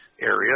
area